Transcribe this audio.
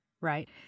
right